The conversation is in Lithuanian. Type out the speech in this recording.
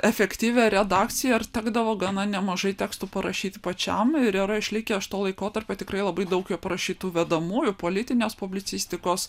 efektyvią redakciją ir tekdavo gana nemažai tekstų parašyti pačiam ir yra išlikę iš to laikotarpio tikrai labai daug parašytų vedamųjų politinės publicistikos